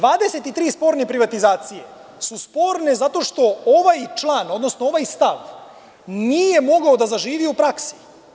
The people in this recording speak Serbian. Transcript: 23 sporne privatizacije su sporne zato što ovaj član, odnosno ovaj stav nije mogao da zaživi u praksi.